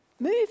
Move